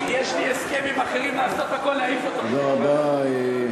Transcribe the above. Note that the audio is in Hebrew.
היושבת-ראש, תודה רבה,